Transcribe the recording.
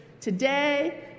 today